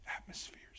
atmospheres